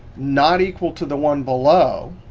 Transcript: not equal to the one below,